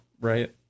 right